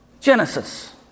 Genesis